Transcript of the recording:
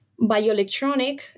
bioelectronic